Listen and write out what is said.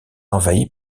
envahi